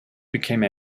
became